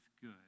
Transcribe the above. good